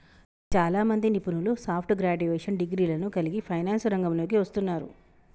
చాలామంది నిపుణులు soft graduation డిగ్రీలను కలిగి ఫైనాన్స్ రంగంలోకి వస్తున్నారు